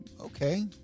Okay